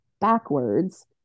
backwards